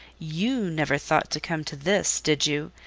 you never thought to come to this, did you,